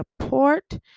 support